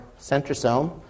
centrosome